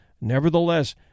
Nevertheless